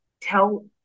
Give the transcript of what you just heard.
tell